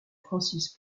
francis